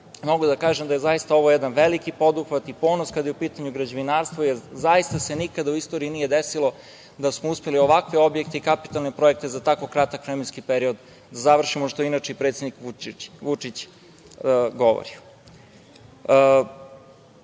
Mogu da kažem da je zaista ovo jedan veliki poduhvat i ponos, kada je u pitanju građevinarstvo, jer zaista se nikada u istoriji nije desilo da smo uspeli ovakve objekte i kapitalne projekte za tako kratak vremenski period da završimo, što inače i predsednik Vučić govori. Na